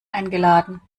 eingeladen